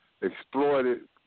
exploited